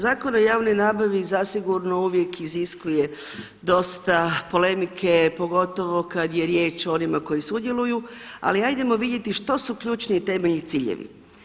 Zakon o javnoj nabavi zasigurno uvijek iziskuje dosta polemike pogotovo kada je riječ o onima koji sudjeluju ali ajmo vidjeti što su ključni i temeljni ciljevi.